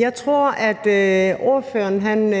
jeg tror, at ordføreren